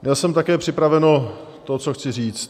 Měl jsem také připraveno to, co chci říct.